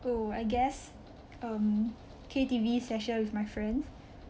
oh I guess um K_T_V session with my friends